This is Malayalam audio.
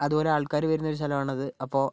അതുപോലെ ആൾക്കാര് വരുന്നൊരു സ്ഥലമാണത് അപ്പോൾ